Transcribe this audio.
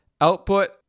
output